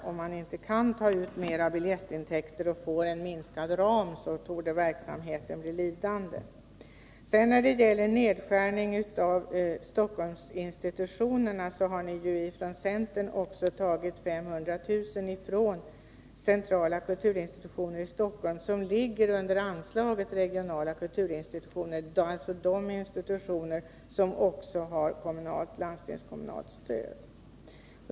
Om man inte kan ta in mer biljettintäkter och får en minskad ram torde verksamheten bli lidande. När det gäller nedskärningen av Stockholmsinstitutionerna har ni från centern också tagit 500 000 från centrala kulturinstitutioner i Stockholm, som ligger under anslaget Regionala kulturinstitutioner, dvs. anslaget för de institutioner som också har kommunalt och landstingskommunalt stöd.